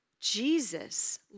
Jesus